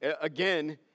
Again